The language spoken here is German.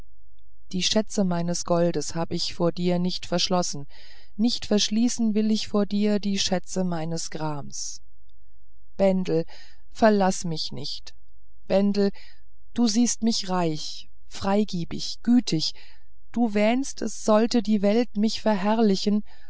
die schätze meines goldes hab ich vor dir nicht verschlossen nicht verschließen will ich vor dir die schätze meines grames bendel verlasse mich nicht bendel du siehst mich reich freigebig gütig du wähnst es sollte die welt mich verherrlichen